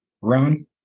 run